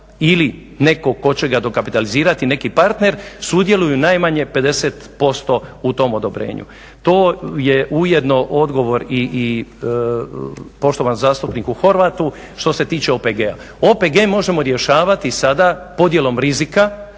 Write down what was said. ili netko tko će ga dokapitalizirati, neki partner sudjeluju najmanje 50% u tom odobrenju. To je ujedno odgovor i poštovanom zastupniku Horvatu što se tiče OPG-a. OPG možemo rješavati sada podjelom rizika,